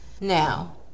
Now